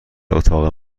اتاق